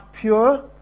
pure